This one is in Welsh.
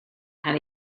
cael